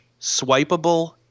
Swipeable